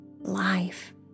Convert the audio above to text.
life